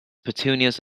petunias